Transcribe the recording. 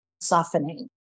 softening